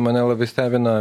mane labai stebina